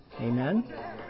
Amen